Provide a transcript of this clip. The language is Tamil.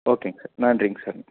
ஓகேங்க சார் நன்றிங்க சார்